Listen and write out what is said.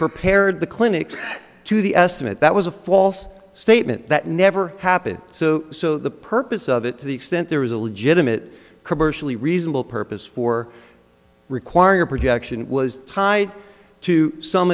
prepared the clinic's to the estimate that was a false statement that never happened so so the purpose of it to the extent there was a legitimate commercially reasonable purpose for requiring a projection it was tied to some